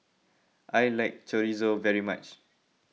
I like Chorizo very much